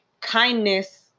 kindness